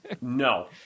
No